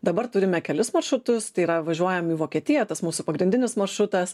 dabar turime kelis maršrutus tai yra važiuojam į vokietiją tas mūsų pagrindinis maršrutas